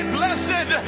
blessed